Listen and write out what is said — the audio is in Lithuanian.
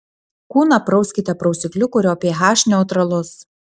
kūną prauskite prausikliu kurio ph neutralus